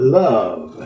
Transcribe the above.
love